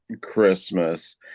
christmas